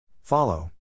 Follow